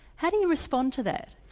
how do you respond to that?